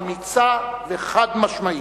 אמיצה וחד-משמעית.